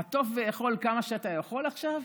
חטוף ואכול כמה שאתה יכול עכשיו,